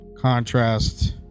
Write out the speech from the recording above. Contrast